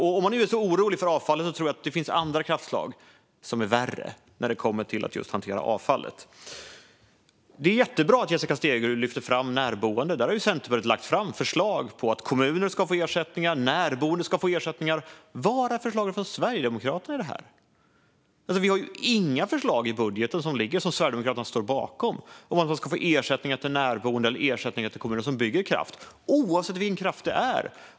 Om man nu är så orolig över avfallet tror jag att det finns andra kraftslag som är värre när det kommer till hantering av avfallet. Det är jättebra att Jessica Stegrud lyfter fram just närboende. Där har Centerpartiet lagt fram förslag på att kommuner och närboende ska få ersättningar. Var är förslagen från Sverigedemokraterna när det gäller detta? Det finns inga förslag i den budget som ligger, och som Sverigedemokraterna står bakom, om att det ska vara ersättningar för närboende eller ersättningar till kommuner som bygger kraft, oavsett vilken kraft det är.